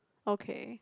okay